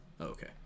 okay